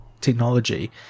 technology